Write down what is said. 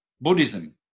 Buddhism